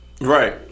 Right